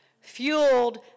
fueled